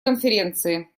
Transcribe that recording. конференции